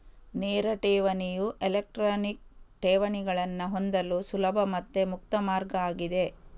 ನೇರ ಠೇವಣಿಯು ಎಲೆಕ್ಟ್ರಾನಿಕ್ ಠೇವಣಿಗಳನ್ನ ಹೊಂದಲು ಸುಲಭ ಮತ್ತೆ ಮುಕ್ತ ಮಾರ್ಗ ಆಗಿದೆ